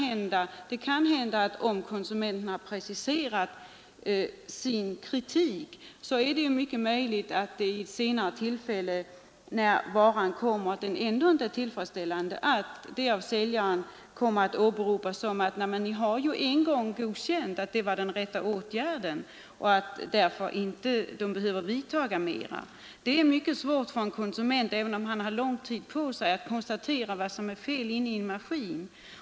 Även om konsumenten har preciserat sin kritik, är det mycket möjligt att varan ändå inte är tillfredsställande när den kommer köparen till handa, och säljaren kan då åberopa att köparen redan har förklarat att det var en riktig åtgärd som vidtogs och att andra åtgärder därför inte behöver vidtas. Även om konsumenten har lång tid på sig kan det vara svårt att konstatera vad som är fel inne i en maskin.